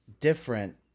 different